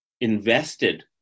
invested